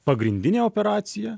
pagrindinė operacija